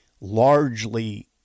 largely